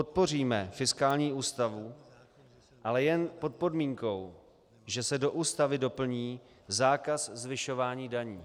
Podpoříme fiskální ústavu, ale jen pod podmínkou, že se do Ústavy doplní zákaz zvyšování daní.